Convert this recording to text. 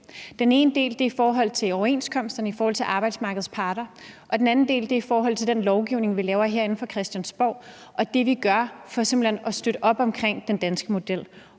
Den ene del handler om overenskomsterne mellem arbejdsmarkedets parter, og den anden del handler om den lovgivning, vi laver herinde fra Christiansborg, og det, vi gør for simpelt hen at støtte op om den danske model.